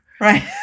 Right